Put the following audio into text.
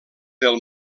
del